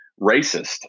racist